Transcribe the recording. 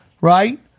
right